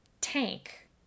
tank